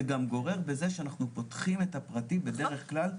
זה גם גורם לזה שאנחנו פותחים את הפרטי בדרך כלל,